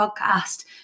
podcast